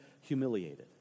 humiliated